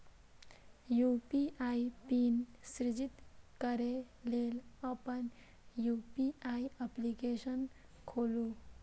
UPI PIN सृजित करै लेल अपन यू.पी.आई एप्लीकेशन खोलू